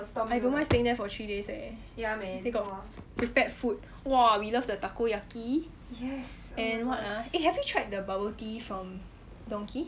I don't mind staying there for three days eh they got prepared food !wah! we love the takoyaki and what ah eh have you tried the bubble tea from donki